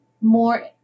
more